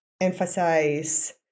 emphasize